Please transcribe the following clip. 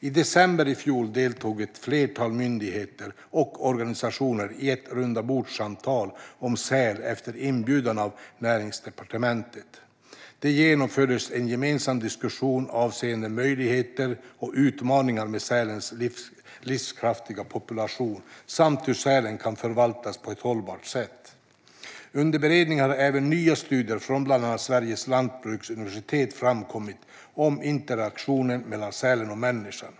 I december i fjol deltog ett flertal myndigheter och organisationer i ett rundabordssamtal om säl efter inbjudan av Näringsdepartementet. Det genomfördes en gemensam diskussion avseende möjligheter och utmaningar med sälens livskraftiga populationer samt om hur sälen kan förvaltas på ett hållbart sätt. Under beredningen har även nya studier från bland annat Sveriges lantbruksuniversitet framkommit om interaktionen mellan sälen och människan.